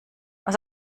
aus